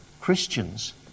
Christians